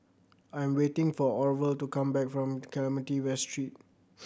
I am waiting for Orvel to come back from Clementi West Street